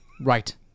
Right